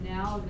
now